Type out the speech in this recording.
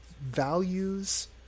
values